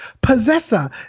possessor